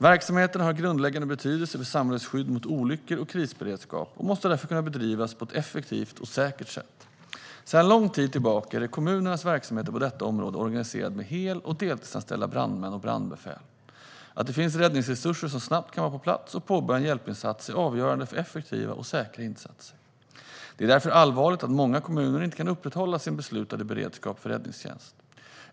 Verksamheterna har grundläggande betydelse för samhällets skydd mot olyckor och krisberedskap och måste därför kunna bedrivas på ett effektivt och säkert sätt. Sedan lång tid tillbaka är kommunernas verksamheter på detta område organiserade med hel och deltidsanställda brandmän och brandbefäl. Att det finns räddningsresurser som snabbt kan vara på plats och påbörja en hjälpinsats är avgörande för effektiva och säkra insatser. Det är därför allvarligt att många kommuner inte kan upprätthålla sin beslutade beredskap för räddningstjänst.